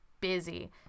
busy